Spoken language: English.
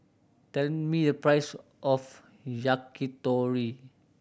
tell me the price of Yakitori